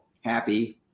happy